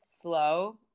slow